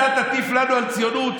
אז אתה תטיף לנו על ציונות?